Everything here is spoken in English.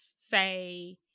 say